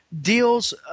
deals –